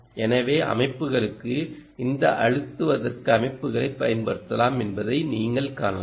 எனவேஅமைப்புகளுக்கு இந்த அழுத்துவதற்கு அமைப்புகளைப் பயன்படுத்தலாம் என்பதை நீங்கள் காணலாம்